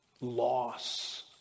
loss